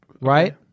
Right